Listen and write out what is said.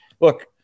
look